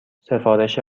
سفارش